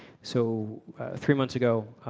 so three months ago,